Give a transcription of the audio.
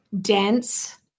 dense